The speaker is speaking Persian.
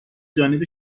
جانب